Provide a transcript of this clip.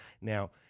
Now